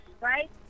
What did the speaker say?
right